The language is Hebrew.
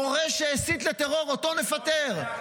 מורה שהסית לטרור, אותו נפטר.